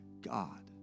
God